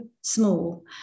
small